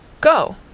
Go